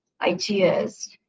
ideas